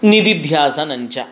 निदिध्यासनञ्च